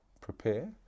Prepare